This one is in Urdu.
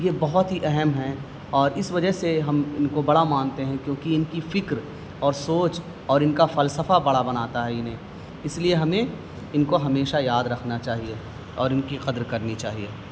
یہ بہت ہی اہم ہیں اور اس وجہ سے ہم ان کو بڑا مانتے ہیں کیونکہ ان کی فکر اور سوچ اور ان کا فلسفہ بڑا بناتا ہے انہیں اس لیے ہمیں ان کو ہمیشہ یاد رکھنا چاہیے اور ان کی قدر کرنی چاہیے